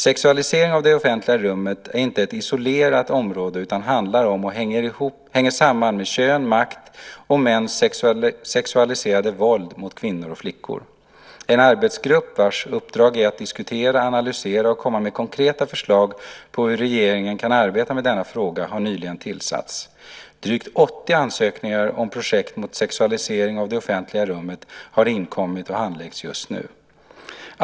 Sexualiseringen av det offentliga rummet är inte ett isolerat område utan handlar om och hänger samman med kön, makt och mäns sexualiserade våld mot kvinnor och flickor. En arbetsgrupp, vars uppdrag är att diskutera, analysera och komma med konkreta förslag på hur regeringen kan arbeta med denna fråga, har nyligen tillsatts. Drygt 80 ansökningar om projekt mot sexualiseringen av det offentliga rummet har inkommit och handläggs just nu.